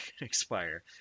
expire